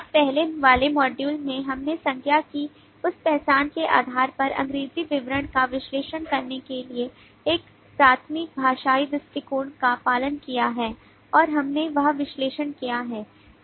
अब पहले वाले मॉड्यूल में हमने संज्ञा की उस पहचान के आधार पर अंग्रेजी विवरण का विश्लेषण करने के लिए एक प्राथमिक भाषाई दृष्टिकोण का पालन किया है और हमने वह विश्लेषण किया है